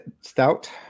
stout